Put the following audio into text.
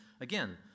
again